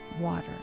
water